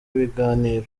biganiro